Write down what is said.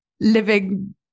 living